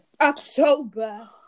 October